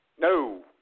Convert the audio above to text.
No